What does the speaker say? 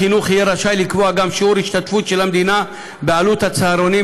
שר החינוך יהיה רשאי לקבוע גם שיעורי השתתפות של המדינה בעלות הצהרונים,